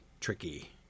tricky